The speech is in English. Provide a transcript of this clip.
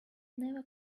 never